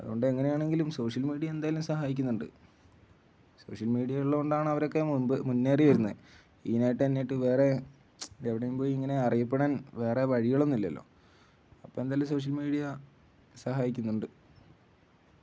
അതുകൊണ്ട് എങ്ങനെയാണെങ്കിലും social media എന്തായാലും സഹായിക്കുന്നുണ്ട് സോഷ്യൽ മീഡിയ ഉള്ളതുകൊണ്ടാണ് അവരൊക്കെ മുമ്പ് മുന്നേറിവരുന്നത് ഈ നേട്ടം എന്നിട്ട് വേറെ എവിടെയും പോയി ഇങ്ങനെ അറിയപ്പെടാൻ വേറെ വഴികളൊന്നുമില്ലല്ലോ അപ്പോള് എന്തായാലും സോഷ്യൽ മീഡിയ സഹായിക്കുന്നുണ്ട്